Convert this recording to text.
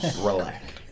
Relax